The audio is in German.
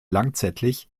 lanzettlich